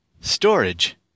storage